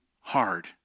hard